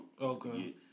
Okay